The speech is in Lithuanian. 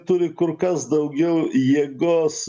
turi kur kas daugiau jėgos